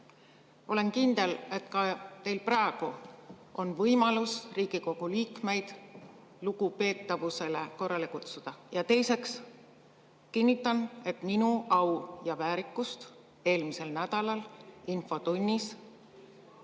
olen kindel, et ka teil praegu on võimalus Riigikogu liikmeid lugupidavusele üles kutsuda, ja teiseks, kinnitan, et minu au ja väärikust eelmisel nädalal infotunnis